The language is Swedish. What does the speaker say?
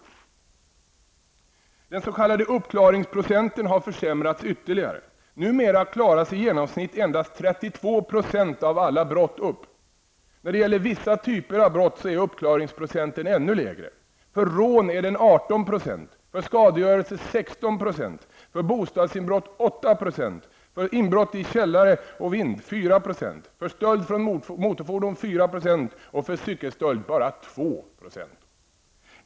Beträffande den s.k. uppklaringsprocenten har det blivit ytterligare försämringar. Numera klaras i genomsnitt endast 32 % av alla brott upp. När det gäller vissa typer av brott är uppklaringsprocenten ännu lägre. För rån gäller 18 %, för skadegörelse och för cykelstöld bara 2 %.